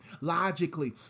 logically